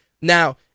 Now